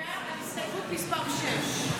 יסמין פרידמן,